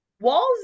walls